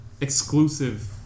exclusive